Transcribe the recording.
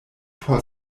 por